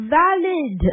valid